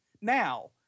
now